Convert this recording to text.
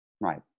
Right